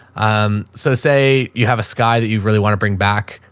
um, so say you have a sky that you'd really want to bring back,